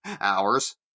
hours